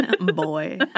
Boy